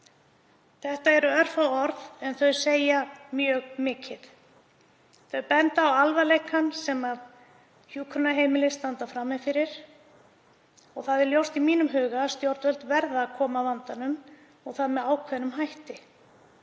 Þetta eru örfá orð en þau segja mjög mikið. Þau benda á alvarleikann sem hjúkrunarheimili standa frammi fyrir og það er ljóst í mínum huga að stjórnvöld verða að koma að vandanum með ákveðnum hætti.